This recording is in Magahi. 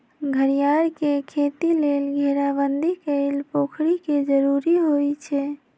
घरियार के खेती लेल घेराबंदी कएल पोखरि के जरूरी होइ छै